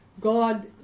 God